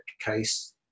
case